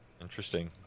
Interesting